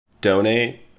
donate